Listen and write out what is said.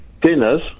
Dinners